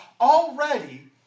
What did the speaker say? already